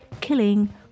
killing